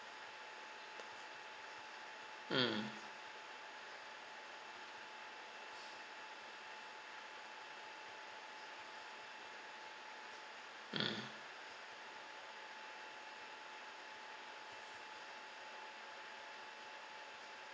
mm mm